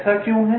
ऐसा क्यों है